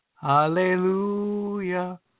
Hallelujah